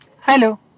Hello